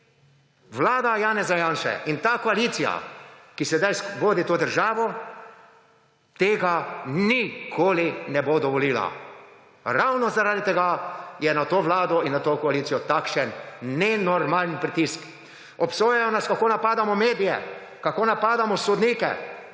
vlada Janeza Janše in ta koalicija, ki sedaj vodi to državo, tega nikoli ne bo dovolila, ravno zaradi tega, je na to vlado in to koalicijo takšen nenormalni pritisk. Obsojajo nas, kako napadamo medije, kako napadamo sodnike.